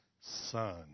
Son